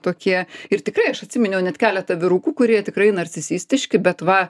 tokie ir tikrai aš atsiminiau net keletą vyrukų kurie tikrai narcisistiški bet va